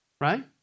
right